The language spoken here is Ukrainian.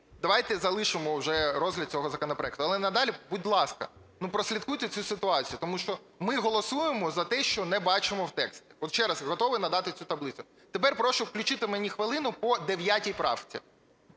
давайте залишимо вже розгляд цього законопроекту. Але надалі, будь ласка, ну, прослідкуйте цю ситуацію, тому що ми голосуємо за те, що не бачимо в тексті. От, ще раз, готовий надати цю таблицю. Тепер прошу включити мені хвилину по 9 правці.